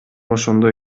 ошондой